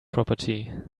property